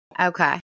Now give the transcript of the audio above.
Okay